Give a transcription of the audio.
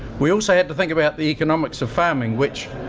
we also had to think about the economics of farming. which,